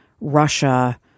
Russia